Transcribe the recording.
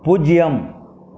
பூஜ்ஜியம்